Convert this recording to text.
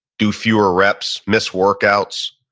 do fewer reps, miss workouts,